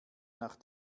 nach